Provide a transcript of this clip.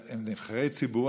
הם נבחרי ציבור,